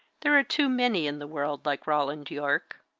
there are too many in the world like roland yorke.